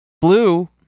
Blue